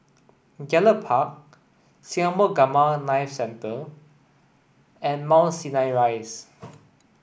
Gallop Park Singapore Gamma Knife Centre and Mount Sinai Rise